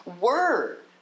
word